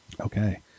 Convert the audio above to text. Okay